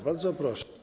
Bardzo proszę.